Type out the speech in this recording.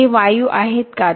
तेथे वायू आहेत का